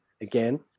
again